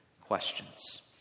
questions